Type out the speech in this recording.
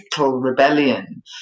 rebellion